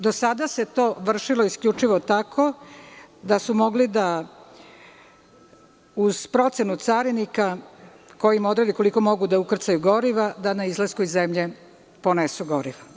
Do sada se to vršilo isključivo tako da su mogli da, uz procenu carinika, koji im odredi koliko mogu da ukrcaju goriva, na izlasku iz zemlje ponesu gorivo.